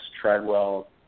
Treadwell